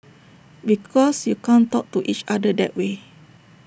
because you can't talk to each other that way